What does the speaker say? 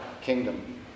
kingdom